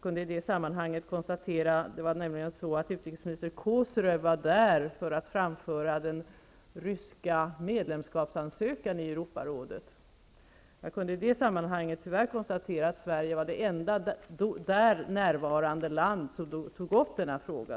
Utrikesminister Kozyrev var nämligen där för att framföra den ryska ansökan om medlemskap i Europarådet. Jag kunde i det sammanhanget tyvärr konstatera att Sverige var det enda där närvarande landet som tog upp denna fråga.